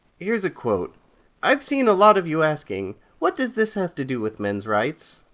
here's a quote i've seen a lot of you asking what does this have to do with men's rights?